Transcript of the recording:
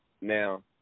Now